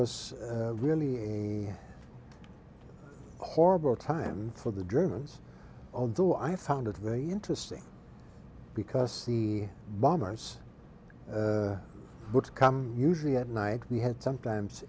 was really a horrible time for the germans although i found it very interesting because the bombers would come usually at night we had sometimes